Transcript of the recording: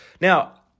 Now